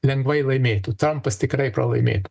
lengvai laimėtų trampas tikrai pralaimėtų